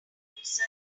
users